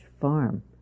farm